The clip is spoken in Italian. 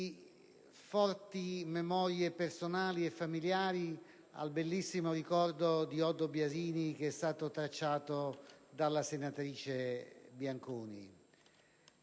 forti memorie personali e familiari al bellissimo ricordo di Oddo Biasini che è stato tracciato dalla senatrice Bianconi,